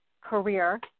career